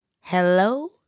Hello